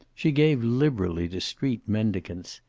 she gave liberally to street mendicants.